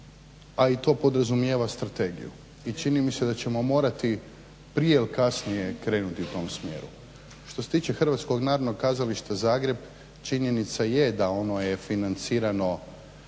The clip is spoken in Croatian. a i to podrazumijeva strategiju i čini mi se da ćemo morati prije ili kasnije krenuti u tom smjeru. Što se tiče HNK Zagreb činjenica je da ono je financirano